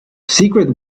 secret